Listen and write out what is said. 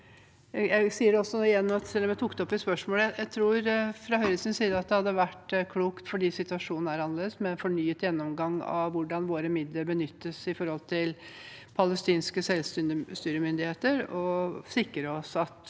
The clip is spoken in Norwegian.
Jeg sier igjen, selv om jeg tok opp spørsmålet, at jeg fra Høyres side tror det hadde vært klokt, fordi situasjonen er annerledes, med en fornyet gjennomgang av hvordan våre midler benyttes overfor palestinske selvstyremyndigheter, og sikre oss at